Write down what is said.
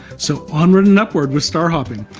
so onward and upward with star hopping.